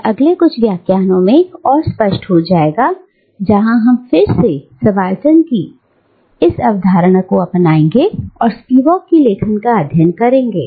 यह अगले कुछ व्याख्यान ओं में स्पष्ट हो जाएगा जहां हम फिर से सबाल्टर्न की इस अवधारणा को अपनाएंगे और स्पिवाक के लेखन का अध्ययन करेंगे